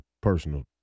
personal